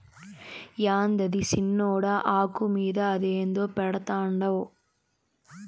యాందది సిన్నోడా, ఆకు మీద అదేందో పెడ్తండావు